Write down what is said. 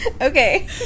Okay